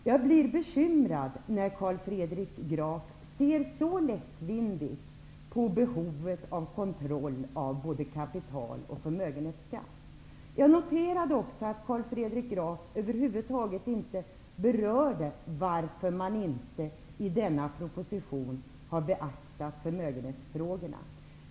Jag blir bekymrad när Carl Fredrik Graf ser så lättvindigt på behovet av kontroll av både kapital och förmögenhetsskatt. Jag noterar också att Carl Fredrik Graf över huvud taget inte berör varför man i denna proposition inte har beaktat förmögenhetsfrågorna.